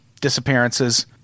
disappearances